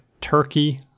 Turkey